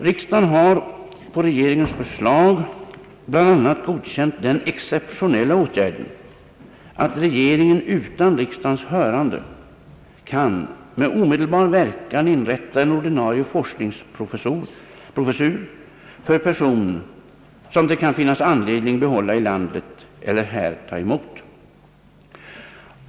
Riksdagen har på regeringens förslag bl.a. godkänt den exceptionella åtgärden, att regeringen utan riksdagens hörande kan med omedelbar verkan inrätta en ordinarie forskningsprofessur för person, som det kan finnas anledning behålla i landet eller här ta emot.